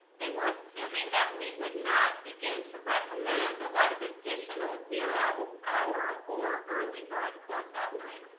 they were assuming that we would not begin to recommend the lot of additional zero hour or early bird course offerings.